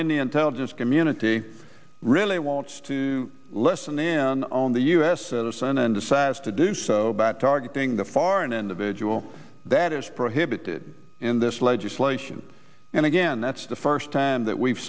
the intelligence community really wants to listen in on the u s senate decides to do so by targeting the foreign individual that is prohibited in this legislation and again that's the first time that we've